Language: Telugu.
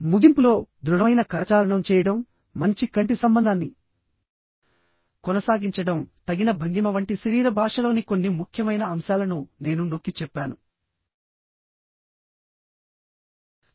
ముగింపులోదృఢమైన కరచాలనం చేయడం మంచి కంటి సంబంధాన్ని కొనసాగించడం తగిన భంగిమ వంటి శరీర భాషలోని కొన్ని ముఖ్యమైన అంశాలను నేను నొక్కి చెప్పాను